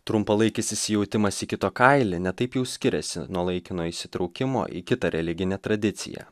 trumpalaikis įsijautimas į kito kailį ne taip jau skiriasi nuo laikino įsitraukimo į kitą religinę tradiciją